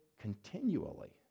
continually